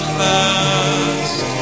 fast